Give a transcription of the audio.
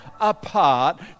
apart